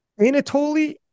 Anatoly